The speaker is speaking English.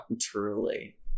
Truly